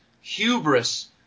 hubris